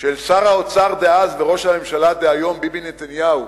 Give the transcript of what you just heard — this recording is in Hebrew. ללא מעט תמיכה של שר האוצר דאז וראש הממשלה דהיום ביבי נתניהו,